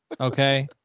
Okay